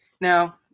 Now